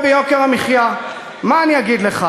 ביבי נתניהו זה פייגלין, ופייגלין זה ביבי נתניהו.